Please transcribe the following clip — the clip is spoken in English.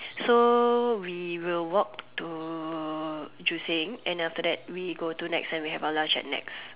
so we will walk to Joo-Seng and then after that we go to Nex and we have our lunch at Nex